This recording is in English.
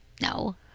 no